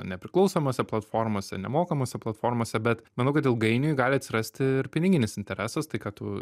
nepriklausomose platformose nemokamose platformose bet manau kad ilgainiui gali atsirasti ir piniginis interesas tai ką tu